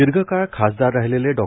दीर्घकाळ खासदार राहिलेले डॉ